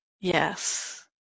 Yes